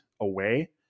away